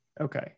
okay